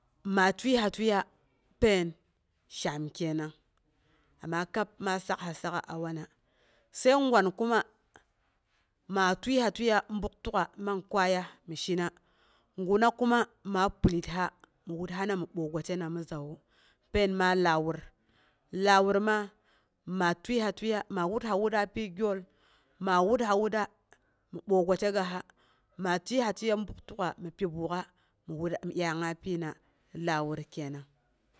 Ma tiəiha tiəiya pain. Shaam kenang. Ama kab maa sakha sak'a a wang, sai gwan kuma ma tiəiha tiəiya, bukttuk'a man kway as mi shina guna kuma palitha mi wurhana mi boi gwattena mi zawu. Pain ma lawur, lawur ma, ma tiəiha tiəiya ma wurha- wura pyi gyol, ma wurha- wura mi boi gwategassa, ma tiəiha tiəiya buktuk'a mi pi buk'a mi dyangnga piya lwur.